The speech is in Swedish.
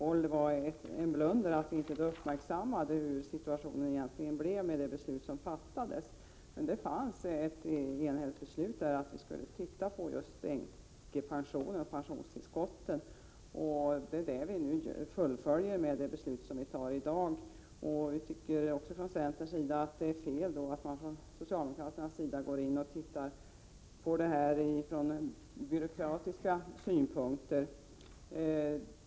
Det var en blunder att vi inte uppmärksammade hur det egentligen blev i och med det beslut som fattades. Det fanns ett enhälligt beslut om att vi skulle titta på just änkepensionen och pensionstillskotten. Det är det som vi nu fullföljer i och med dagens beslut. Vi i centern tycker att det är fel att socialdemokraterna går in och tittar på det här från byråkratiska synpunkter.